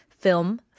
Film